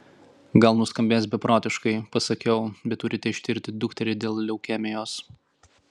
gal nuskambės beprotiškai pasakiau bet turite ištirti dukterį dėl leukemijos